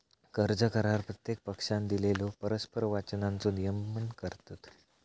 कर्ज करार प्रत्येक पक्षानं दिलेल्यो परस्पर वचनांचो नियमन करतत